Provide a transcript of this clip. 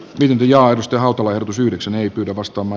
linjaa edusti hautala yhdeksän ei tyydy kostamo